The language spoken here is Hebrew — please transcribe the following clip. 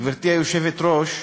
גברתי היושבת-ראש,